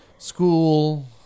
School